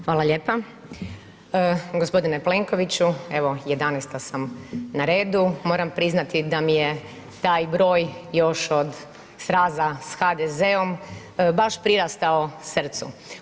Hvala lijepa, gospodine Plenkoviću evo 11-sta sam na redu moram priznati da mi je taj broj još od sraza s HDZ-om baš prirastao srcu.